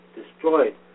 destroyed